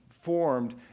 formed